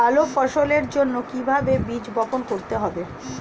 ভালো ফসলের জন্য কিভাবে বীজ বপন করতে হবে?